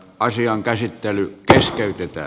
asian käsittely keskeytetään